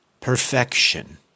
perfection